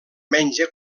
menja